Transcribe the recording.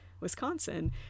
Wisconsin